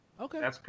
Okay